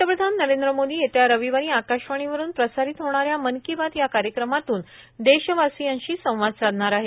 पंतप्रधान नरेंद्र मोदी येत्या रविवारी आकाशवाणीवरून प्रसारित होणा या मन की बात या कार्यक्रमातून देशवासियांशी संवाद साधणार आहेत